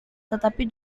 tetapi